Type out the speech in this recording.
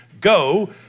go